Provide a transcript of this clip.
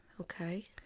Okay